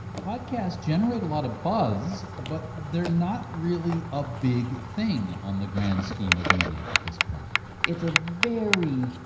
podcasts generate a lot of buzz, but they're not really a big thing on the grand scheme of media at this point it's a very,